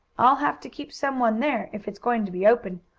i'll have to keep some one there, if it's going to be open,